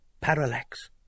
Parallax